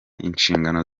inshingano